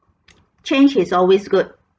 change is always good